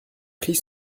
prit